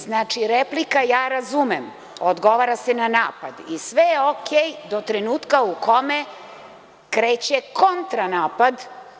Znači, replika, ja razumem, odgovara se na napad i sve je o-kej do trenutka u kome kreće kontra napad.